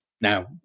Now